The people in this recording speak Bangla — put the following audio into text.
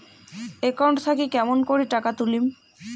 একাউন্ট থাকি কেমন করি টাকা তুলিম?